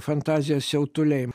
fantazija siautuliai